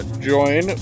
join